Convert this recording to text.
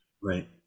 Right